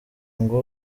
ngo